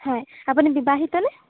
হয় আপুনি বিবাহিত নে